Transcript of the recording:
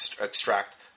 extract